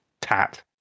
tat